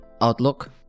outlook